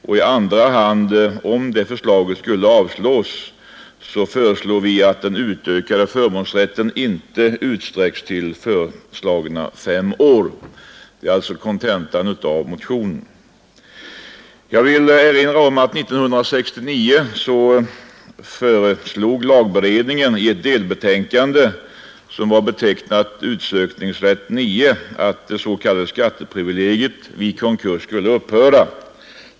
I andra hand — om det förslaget inte skulle avslås — föreslår vi att den utökade förmånsrätten inte utsträcks till föreslagna fem år. Detta är allltså kontentan av motionen. Jag vill erinra om att lagberedningen år 1969 i ett delbetänkande som var betecknat ”Utsökningsrätt IX” förslog att det s.k. skatteprivilegiet vid konkurs skulle upphöra.